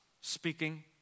speaking